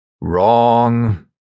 Wrong